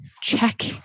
check